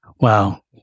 Wow